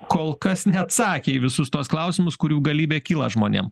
kol kas neatsakė į visus tuos klausimus kurių galybė kyla žmonėm